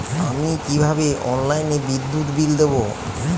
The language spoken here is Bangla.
আমি কিভাবে অনলাইনে বিদ্যুৎ বিল দেবো?